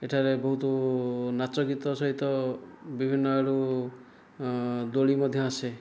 ଏଠାରେ ବହୁତ ନାଚ ଗୀତ ସହିତ ବିଭିନ୍ନ ଆଡ଼ୁ ଦୋଳି ମଧ୍ୟ ଆସେ